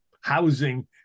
housing